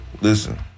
Listen